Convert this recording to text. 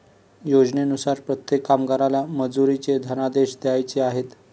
योजनेनुसार प्रत्येक कामगाराला मजुरीचे धनादेश द्यायचे आहेत